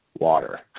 water